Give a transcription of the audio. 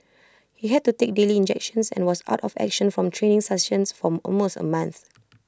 he had to take daily injections and was out of action from training sessions for almost A month